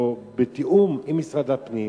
או בתיאום עם משרד הפנים